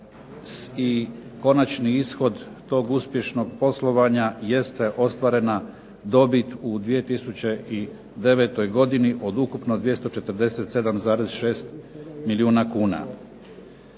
i konačni ishod tog uspješnog poslovanje jeste ostvarena dobiti u 2009. godini od ukupno 247,6 milijuna kuna.